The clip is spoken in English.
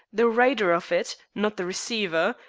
the writer of it, not the receiver,